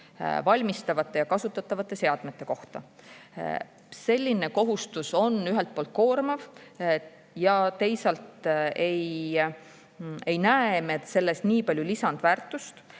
valmistatavate ja kasutatavate seadmete kohta. Selline kohustus on ühelt poolt koormav ja teisalt ei näe me selles kuigi palju lisandväärtust.